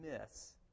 miss